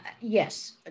yes